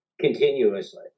continuously